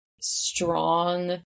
strong